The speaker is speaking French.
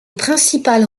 principales